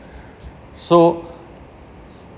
so